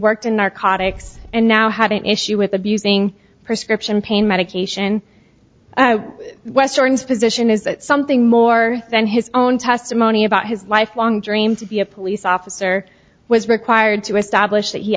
worked in narcotics and now had an issue with abusing prescription pain medication western's position is that something more than his own testimony about his lifelong dream to be a police officer was required to establish that he